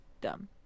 Dumb